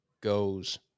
goes